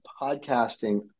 podcasting